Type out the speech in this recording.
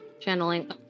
channeling